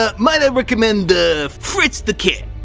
ah might i recommend ah, fritz the cat?